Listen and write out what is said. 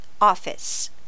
Office